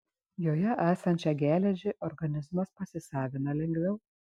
joje esančią geležį organizmas pasisavina lengviau